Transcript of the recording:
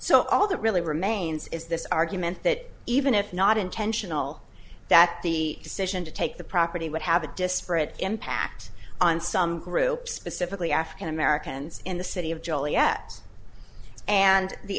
so all that really remains is this argument that even if not intentional that the decision to take the property would have a disparate impact on some groups specifically african americans in the city of joliet and the